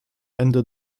ende